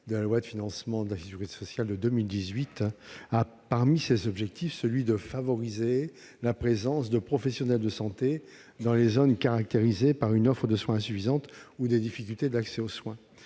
de la loi de financement de la sécurité sociale pour 2018 compte, parmi ses objectifs, celui de « favoriser la présence de professionnels de santé dans les zones caractérisées par une offre de soins insuffisante ou des difficultés dans l'accès aux soins